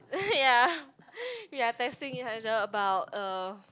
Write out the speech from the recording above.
ya ya testing each other about uh